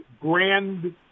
grand